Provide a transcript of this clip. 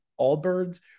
Allbirds